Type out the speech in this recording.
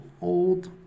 old